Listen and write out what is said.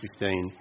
2015